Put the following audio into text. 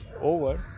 over